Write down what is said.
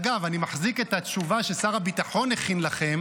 אגב, אני מחזיק את התשובה ששר הביטחון הכין לכם,